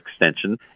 extension